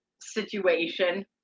situation